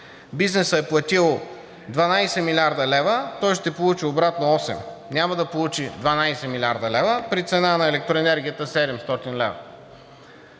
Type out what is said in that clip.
бизнесът е платил 12 млрд. лв., той ще получи обратно осем. Няма да получи 12 млрд. лв. при цена на електроенергията 700 лв.